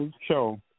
show